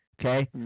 Okay